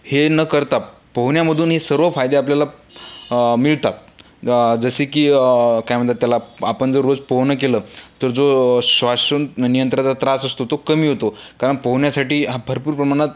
हे न करता पोहण्यामधून हे सर्व फायदे आपल्याला मिळतात जसे की काय म्हणतात त्याला आपण जर रोज पोहणं केलं तर जो श्वसन नियंत्रणाचा त्रास असतो तो कमी होतो कारण पोहण्यासाठी भरपूर प्रमाणात